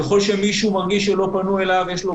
ככל שמישהו מרגיש שלא פנו אליו יש לול